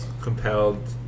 compelled